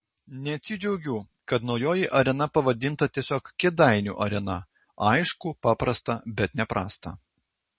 neatsidžiaugiu kad naujoji arena pavadinta tiesiog kėdainių arena aišku paprasta bet ne prasta